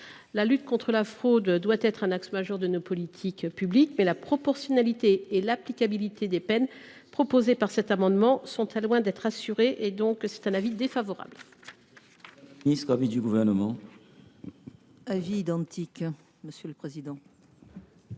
La lutte contre la fraude doit être un axe majeur de nos politiques publiques, mais la proportionnalité et l’applicabilité des peines proposées au travers de cet amendement sont loin d’être assurées. L’avis est donc défavorable.